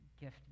gift